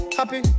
happy